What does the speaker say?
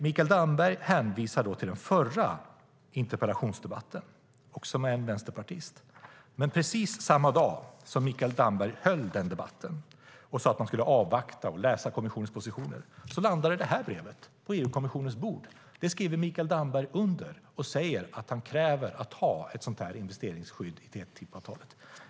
Mikael Damberg hänvisar till den förra interpellationsdebatten, också den med en vänsterpartist. Men samma dag som Mikael Damberg hade den debatten och sade att man skulle avvakta och läsa kommissionens positioner landade detta brev på EU-kommissionens bord, där Mikael Damberg skriver under på att han kräver ett sådant investeringsskydd i TTIP-avtalet.